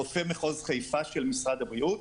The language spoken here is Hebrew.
רופא מחוז חיפה של משרד הבריאות,